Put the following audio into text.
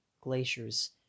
glaciers